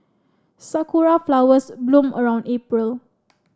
sakura flowers bloom around April